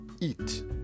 eat